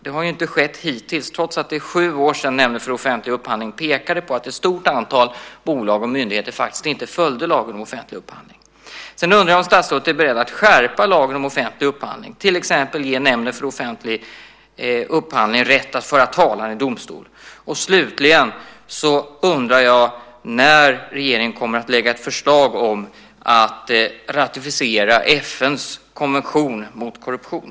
Det har ju inte skett hittills, trots att det är sju år sedan Nämnden för offentlig upphandling pekade på att ett stort antal bolag och myndigheter faktiskt inte följde lagen om offentlig upphandling. Är statsrådet beredd att skärpa lagen om offentlig upphandling och till exempel ge Nämnden för offentlig upphandling rätt att föra talan i domstol? Slutligen undrar jag när regeringen kommer att lägga fram förslag om att ratificera FN:s konvention mot korruption.